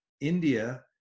India